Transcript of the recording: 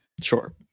Sure